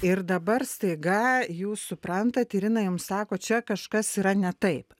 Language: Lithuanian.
ir dabar staiga jūs suprantate irina jums sako čia kažkas yra ne taip